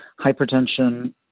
hypertension